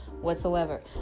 whatsoever